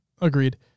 agreed